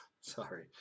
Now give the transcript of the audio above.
Sorry